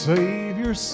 Savior